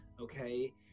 okay